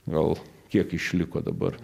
gal kiek išliko dabar